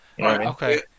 Okay